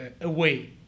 away